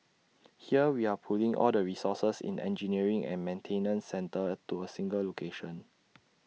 here we are pulling all the resources in engineering and maintenance centre to A single location